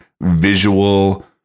visual